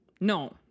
No